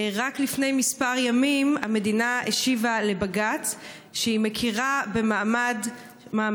רק לפני כמה ימים המדינה השיבה לבג"ץ שהיא מכירה במעמדם